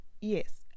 yes